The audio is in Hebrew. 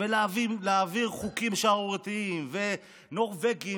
להעביר חוקים שערורייתיים ונורבגיים,